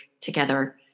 together